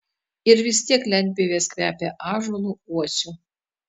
ir vis tiek lentpjūvės kvepia ąžuolu uosiu